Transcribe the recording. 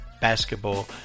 basketball